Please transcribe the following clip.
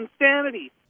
insanity